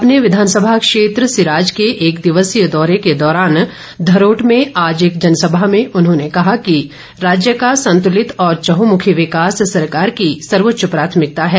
अपने विधानसभा क्षेत्र सिराज के एक दिवसीय दौरे के दौरान धरोट में आज एक जनसभा में उन्होंने कहा कि राज्य का संतुलित और चहमुखी विकास सरकार की सर्वोच्च प्राथमिकता है